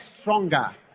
stronger